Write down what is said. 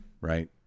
right